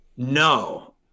No